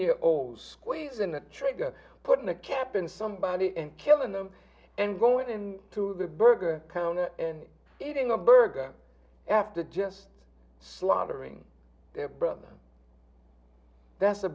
year olds squeezing the trigger putting a cap in somebody and killing them and going to the burger counter and eating a burger after just slaughtering their brother that's a